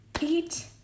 eat